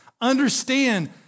Understand